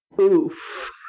Oof